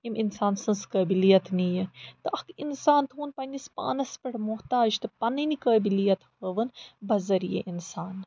ییٚمۍ انسان سٕنٛز قٲبلیت نِیہِ تہٕ اَکھ اِنسان تھووُن پننِس پانَس پٮ۪ٹھ محتاج تہٕ پَنٕنۍ قٲبلیت ہٲوٕن بَذریعہِ اِنسان